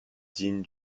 digne